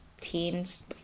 teens